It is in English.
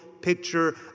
picture